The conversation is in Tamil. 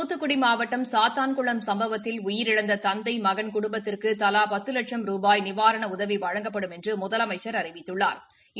தூத்துக்குடி மாவட்டம் சாத்தான்குளம் சம்பவத்தில் உயிரிழந்து தந்தை மகன் குடும்பத்திற்றகு தலா பத்து லட்சும் நிவாரண உதவி வழங்கப்படும் என்ற முதலமைச்சா் அறிவித்துள்ளாா்